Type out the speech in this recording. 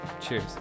Cheers